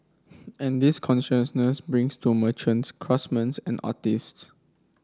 and this consciousness brings to merchants craftsman's and artists